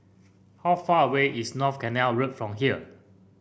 how far away is North Canal Road from here